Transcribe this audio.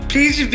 Please